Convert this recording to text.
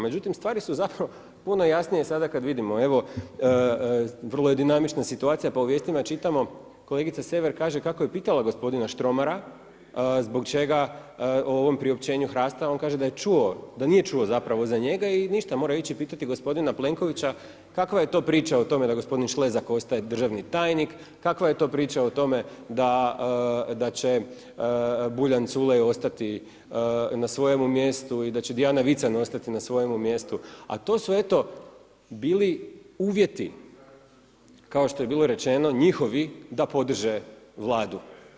Međutim stvari su puno jasnije sada kada vidimo, evo vidimo vrlo je dinamična situacija pa u vijestima čitamo, kolegica Sever kaže kako je pitala gospodina Štromara zbog čega o ovom priopćenju HRAST-a on kaže da nije čuo za njega i ništa morao je ići pitati gospodina Plenkovića kakva je to priča o tome da gospodin Šlezak ostaje državni tajnik, kakva je to priča o tome da će Buljan, Culej ostati na svojemu mjestu i da će Dijana Vican ostati na svojemu mjestu, a to eto bili uvjeti kao što je bilo rečeno njihovi da podrže Vladu.